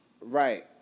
Right